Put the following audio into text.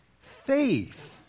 faith